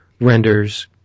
renders